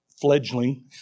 fledgling